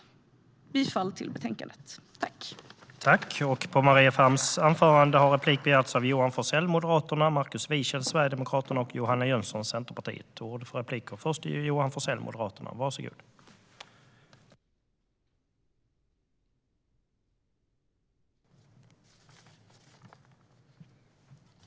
Jag yrkar bifall till förslaget i utskottets betänkande.